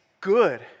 good